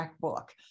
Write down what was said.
book